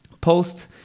post